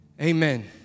Amen